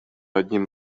одним